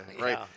right